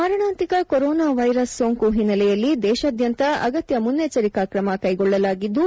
ಮಾರಣಾಂತಿಕ corona virus ಸೋಂಕು ಹಿನ್ನೆಲೆಯಲ್ಲಿ ದೇಶಾದ್ದಂತ ಅಗತ್ತ ಮುನ್ನೆಚ್ಚರಿಕೆ ಕ್ರಮ ಕ್ಲೆಗೊಳ್ಳಲಾಗಿದ್ಲು